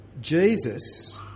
Jesus